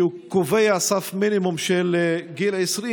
כי הוא קובע לכך סף מינימום של גיל 20,